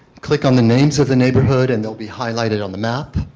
click on the names of the neighborhoods and they will be highlighted on the map